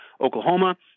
Oklahoma